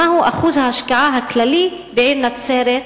מהו אחוז ההשקעה הכללי בעיר נצרת,